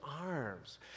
arms